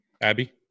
Abby